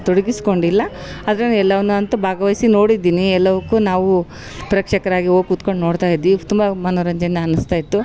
ತೊಡಗಿಸಿಕೊಂಡಿಲ್ಲ ಆದರೆ ಎಲ್ಲವನ್ನು ಅಂತು ಭಾಗವಹಿಸಿ ನೋಡಿದ್ದೀನಿ ಎಲ್ಲವಕ್ಕು ನಾವು ಪ್ರೇಕ್ಷಕರಾಗಿ ಹೋಗ್ ಕುತ್ಕೊಂಡು ನೋಡ್ತಾಯಿದ್ವಿ ತುಂಬ ಮನೋರಂಜನೆ ಅನಿಸ್ತಾಯಿತ್ತು